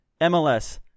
MLS